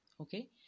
okay